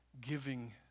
giving